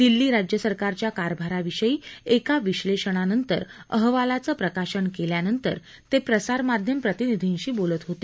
दिल्ली राज्य सरकारच्या कारभाराविषयी एका विश्वेषणात्मक अहवालाचं प्रकाशन केल्यानंतर ते प्रसार माध्यम प्रतिनिधींशी बोलत होते